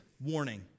warning